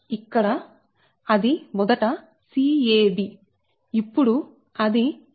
ఇక్కడ అది మొదట c a b ఇప్పుడు అది ఇక్కడ b c a